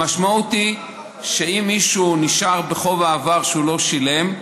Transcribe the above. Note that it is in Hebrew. המשמעות היא שאם מישהו נשאר בחוב העבר שהוא לא שילם,